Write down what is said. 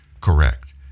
correct